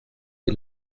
des